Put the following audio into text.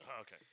Okay